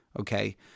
okay